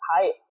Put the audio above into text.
height